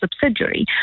subsidiary